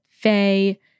Faye